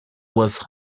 was